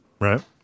right